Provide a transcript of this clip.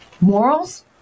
morals